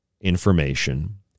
information